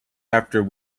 after